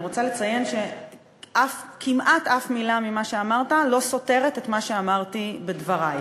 אני רוצה לציין שכמעט אף מילה ממה שאמרת לא סותרת את מה שאמרתי בדברי.